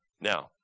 Now